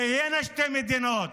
תהיינה שתי מדינות,